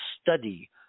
study